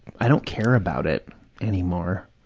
i don't care about it anymore,